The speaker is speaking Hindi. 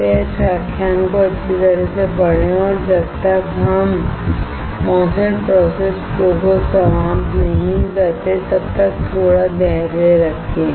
कृपया इस व्याख्यान को अच्छी तरह से पढ़ें और जब तक हम MOSFET प्रोसेस फ्लो को समाप्त नहीं करते तब तक थोड़ा धैर्य रखें